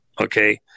okay